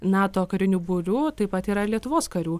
nato karinių būrių taip pat yra ir lietuvos karių